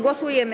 Głosujemy.